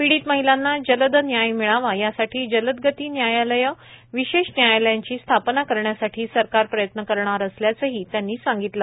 पीडित महिलांना जलद न्याय मिळावा यासाठी जलदगती न्यायालये विशेष न्यायालयांची स्थापना करण्यासाठी सरकार प्रयत्न करणार असल्याचेही त्यांनी सांगितलं